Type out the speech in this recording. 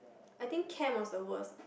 I think chem was the worst